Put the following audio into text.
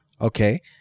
okay